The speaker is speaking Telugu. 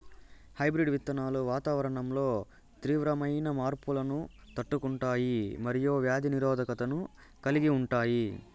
హైబ్రిడ్ విత్తనాలు వాతావరణంలో తీవ్రమైన మార్పులను తట్టుకుంటాయి మరియు వ్యాధి నిరోధకతను కలిగి ఉంటాయి